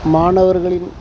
மாணவர்களின்